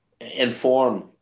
inform